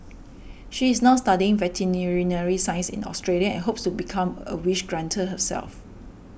she is now studying veterinary science in Australia and hopes to become a wish granter herself